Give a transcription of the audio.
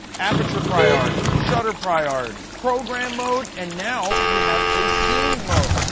aperture priority, shutter priority, program mode, and now you have a scene mode.